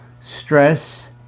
stress